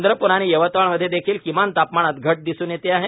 चंद्रपूर आणि यवतमाळ मध्ये देखील किमान तापमानात घट दिसून येते आहे